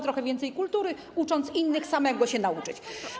Trochę więcej kultury, ucząc innych, samemu trzeba się nauczyć.